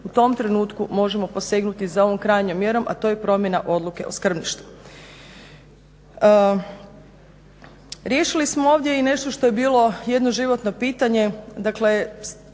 u tom trenutku možemo posegnuti za ovom krajnjom mjerom, a to je promjena odluke o skrbništvu. Riješili smo ovdje i nešto što je bilo jedno životno pitanje,